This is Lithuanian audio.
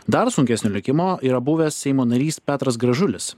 dar sunkesnio likimo yra buvęs seimo narys petras gražulis